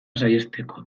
saihesteko